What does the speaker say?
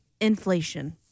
inflation